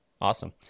Awesome